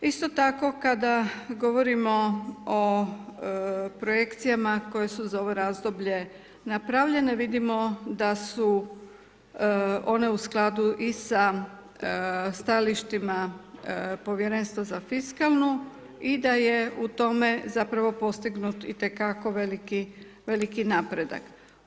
Isto tako kada govorimo o projekcijama koje su za ovo razdoblje napravljane, vidimo da su one u skladu i sa stajalištima Povjerenstva za fiskalnu i da je u tome zapravo postignut i te kako veliki, veliki napredak.